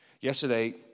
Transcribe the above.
Yesterday